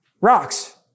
rocks